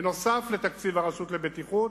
נוסף על תקציב הרשות לבטיחות,